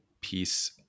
piece